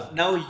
now